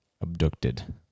abducted